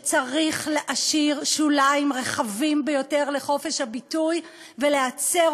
שצריך להשאיר שוליים רחבים ביותר לחופש הביטוי ולהצר